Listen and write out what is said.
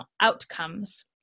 outcomes